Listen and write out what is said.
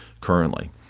currently